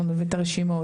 אנחנו נביא את הרשימות,